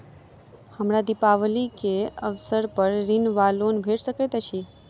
हमरा दिपावली केँ अवसर पर ऋण वा लोन भेट सकैत अछि?